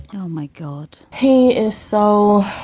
oh, my god he is so